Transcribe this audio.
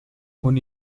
con